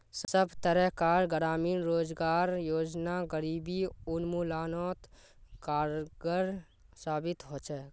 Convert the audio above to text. सब तरह कार ग्रामीण रोजगार योजना गरीबी उन्मुलानोत कारगर साबित होछे